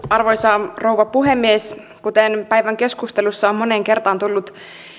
arvoisa rouva puhemies kuten päivän keskustelussa on moneen kertaan tullut